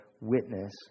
witness